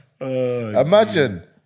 Imagine